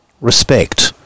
respect